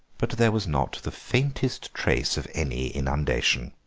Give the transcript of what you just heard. but there was not the faintest trace of any inundation.